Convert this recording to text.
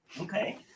Okay